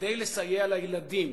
כדי לסייע לילדים,